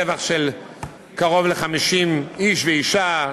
טבח של קרוב ל-50 איש ואישה,